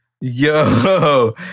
Yo